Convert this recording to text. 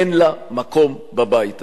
אין לה מקום בבית הזה.